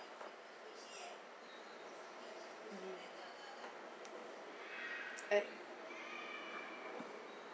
mm oh